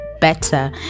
better